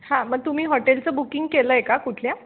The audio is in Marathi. हां मग तुम्ही हॉटेलचं बुकिंग केलं आहे का कुठल्या